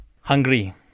Hungry